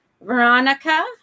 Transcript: Veronica